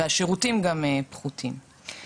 והשירותים גם פחותים.